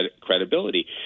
credibility